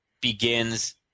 begins